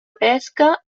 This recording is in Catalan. pesca